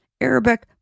Arabic